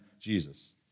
Jesus